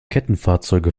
kettenfahrzeuge